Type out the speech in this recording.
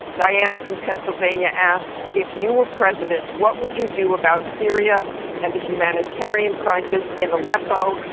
diane from pennsylvania asks if you were president, what would you do about syria and the humanitarian crisis in aleppo?